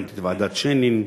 הקמתי את ועדת שיינין,